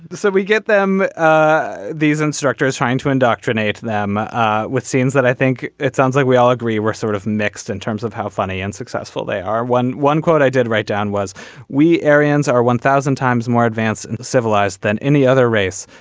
so we get them ah these instructors trying to indoctrinate them ah with scenes that i think it sounds like we all agree we're sort of mixed in terms of how funny and successful they are one. one quote i did write down was we aryans are one thousand times more advanced and civilised than any other race.